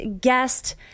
guest